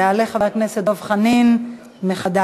ויעלה חבר הכנסת דב חנין מחד"ש.